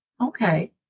Okay